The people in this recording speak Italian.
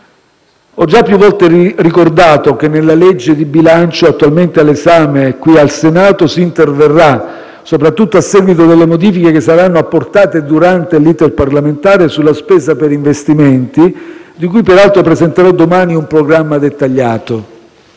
Ho già più volte ricordato che nella legge di bilancio, attualmente all'esame qui al Senato, si interverrà, soprattutto a seguito delle modifiche che saranno apportate durante l'*iter* parlamentare, sulla spesa per investimenti, di cui peraltro presenterò domani un programma dettagliato.